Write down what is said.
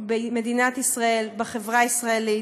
במדינת ישראל, בחברה הישראלית.